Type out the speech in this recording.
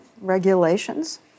regulations